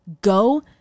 go